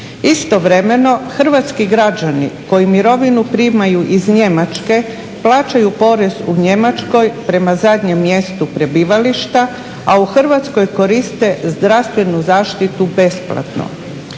Istovremeno hrvatski građani koji mirovinu primaju iz Njemačke plaćaju porez u Njemačkoj prema zadnjem mjestu prebivališta a u Hrvatskoj koriste zdravstvenu zaštitu besplatno.